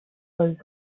was